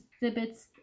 exhibits